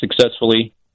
successfully